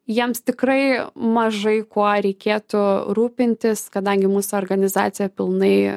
jiems tikrai mažai kuo reikėtų rūpintis kadangi mūsų organizacija pilnai